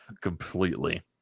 Completely